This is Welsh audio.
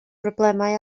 broblemau